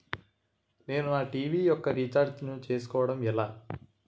నేను నా టీ.వీ యెక్క రీఛార్జ్ ను చేసుకోవడం ఎలా?